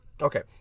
Okay